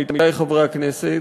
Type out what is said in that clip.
עמיתי חברי הכנסת,